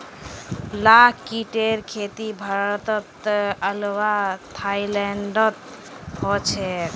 लाख कीटेर खेती भारतेर अलावा थाईलैंडतो ह छेक